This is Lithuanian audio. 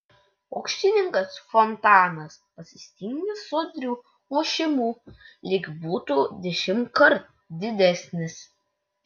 pokštininkas fontanas pasitinka sodriu ošimu lyg būtų dešimtkart didesnis